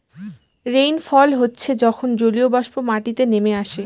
rainfall হচ্ছে যখন জলীয়বাষ্প মাটিতে নেমে আসে